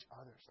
other's